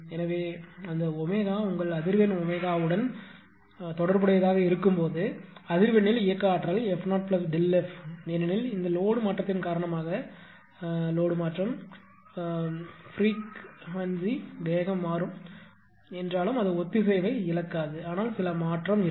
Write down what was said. எனவே அந்த ஒமேகா உங்கள் அதிர்வெண் ஒமேகாவுடன் அதிர்வெண்ணுடன் தொடர்புடையதாக இருக்கும் போது அதிர்வெண்ணில் இயக்க ஆற்றல் f 0Δf ஏனெனில் இந்த லோடு மாற்றத்தின் காரணமாக லோடு மாற்றம் ஃப்ரீக் வேகம் மாறும் என்றாலும் அது ஒத்திசைவை இழக்காது ஆனால் சில மாற்றம் இருக்கும்